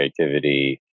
creativity